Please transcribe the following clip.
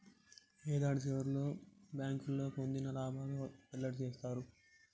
యాడాది సివర్లో బ్యాంకోళ్లు పొందిన లాబాలు వెల్లడి సేత్తారు